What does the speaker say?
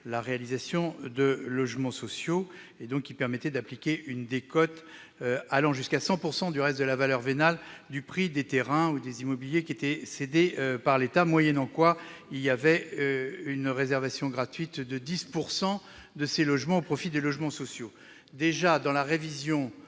la réalisation de logements sociaux et permettant d'appliquer une décote allant jusqu'à 100 % de la valeur vénale du prix des terrains ou des biens immobiliers cédés par l'État, moyennant une réservation gratuite de 10 % de ces logements au profit des logements sociaux. Lors de la révision